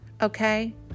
Okay